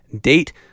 Date